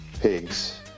pigs